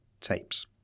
tapes